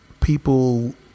people